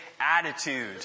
attitude